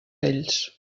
vells